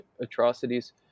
atrocities